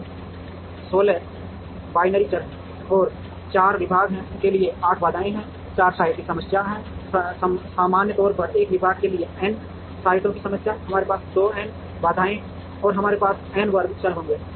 तो 16 बाइनरी चर हैं और 4 विभाग के लिए 8 बाधाएं हैं 4 साइट की समस्या है सामान्य तौर पर एक विभाग के लिए n साइटों की समस्या हमारे पास 2 n बाधाएं हैं और हमारे पास n वर्ग चर होंगे